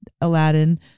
Aladdin